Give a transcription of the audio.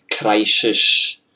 crisis